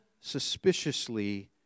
suspiciously